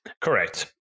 Correct